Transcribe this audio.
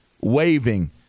waving